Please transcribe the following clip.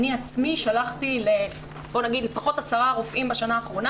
אני עצמי שלחתי לעשרה רופאים בשנה האחרונה